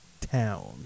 town